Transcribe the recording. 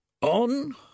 On